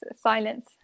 silence